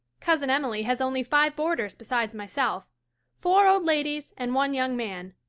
cousin emily has only five boarders besides myself four old ladies and one young man.